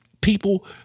people